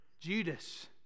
Judas